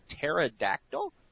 pterodactyl